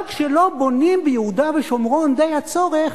גם כשלא בונים ביהודה ושומרון די הצורך,